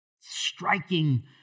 Striking